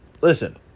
listen